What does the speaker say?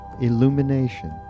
illumination